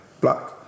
black